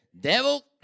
Devil